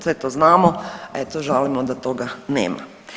Sve to znamo, eto žalimo da toga nema.